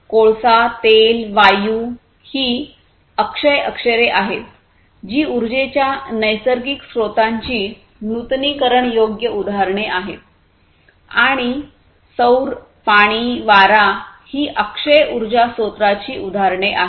कोळसा तेल वायू ही अक्षय अक्षरे आहेत जी उर्जेच्या नैसर्गिक स्रोतांची नूतनीकरणयोग्य उदाहरणे आहेत आणि सौर पाणी वारा ही अक्षय उर्जा स्त्रोतांची उदाहरणे आहेत